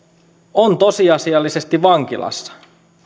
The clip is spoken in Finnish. on tosiasiallisesti vankilassa